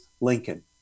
Lincoln